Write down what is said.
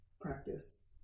Practice